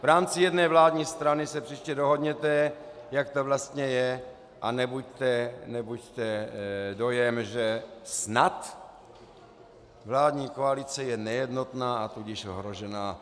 V rámci jedné vládní strany se příště dohodněte, jak to vlastně je, a nebuďte dojem, že snad vládní koalice je nejednotná, a tudíž ohrožená.